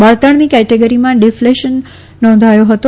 બળતણની કેટેગરીમાં ડિફલેશન નોંધાયો હતો